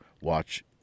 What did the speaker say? watch